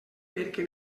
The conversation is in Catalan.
perquè